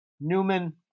Newman